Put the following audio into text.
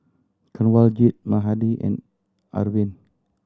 Kanwaljit Mahade and Arvind